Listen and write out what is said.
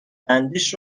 بندیش